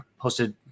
posted